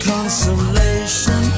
consolation